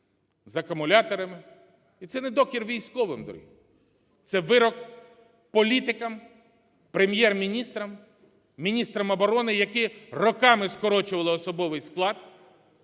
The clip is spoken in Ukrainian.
з акумуляторами. І це не докір військовим, це вирок політикам, прем’єр-міністрам, міністрам оборони, які роками скорочували особовий склад,